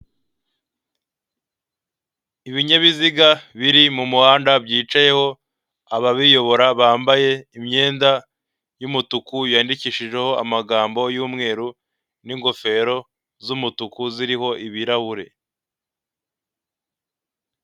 Ibinyabiziga biri mu muhanda byicayeho ababiyobora, bambaye imyenda y'umutuku yandikishijeho amagambo y'umweru n'ingofero z'umutuku ziriho ibirahure.